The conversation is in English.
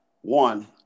one